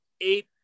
eight